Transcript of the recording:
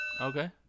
Okay